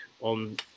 on